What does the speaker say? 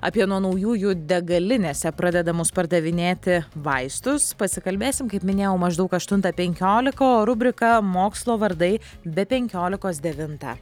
apie nuo naujųjų degalinėse pradedamus pardavinėti vaistus pasikalbėsim kaip minėjau maždaug aštuntą penkiolika o rubrika mokslo vardai be penkiolikos devintą